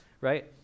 right